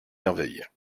merveille